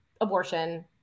abortion